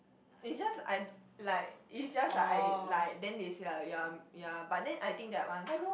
is just I like is just I like then they said like ya ya but then I think that one